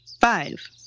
Five